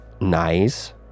nice